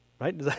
right